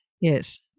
yes